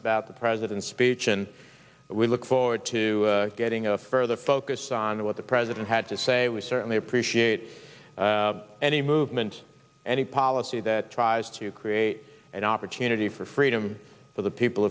about the president's speech and we look forward to getting a further focus on what the president had to say we certainly appreciate any movement any policy that tries to create an opportunity for freedom for the people